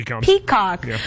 peacock